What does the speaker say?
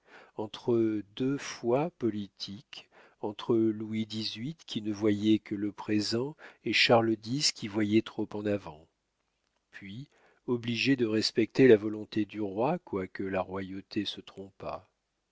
entre deux fois politiques entre louis xviii qui ne voyait que le présent et charles x qui voyait trop en avant puis obligée de respecter la volonté du roi quoique la royauté se trompât